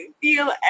feel